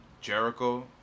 Jericho